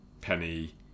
Penny